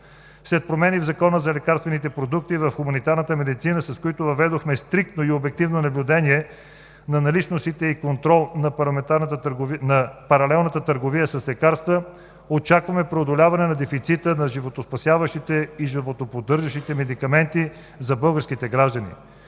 След промени в Закона за лекарствените продукти в хуманната медицина, с които въведохме стриктно и обективно наблюдение на наличностите и контрол на паралелната търговия с лекарства, очакваме преодоляване на дефицита на животоспасяващите и животоподдържащите медикаменти за българските граждани.